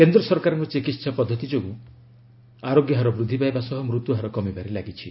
କେନ୍ଦ୍ର ସରକାରଙ୍କ ଚିକିହା ପଦ୍ଧତି ଯୋଗୁଁ ଆରୋଗ୍ୟ ହାର ବୃଦ୍ଧି ପାଇବା ସହ ମୃତ୍ୟୁହାର କମିବାରେ ଲାଗିଛି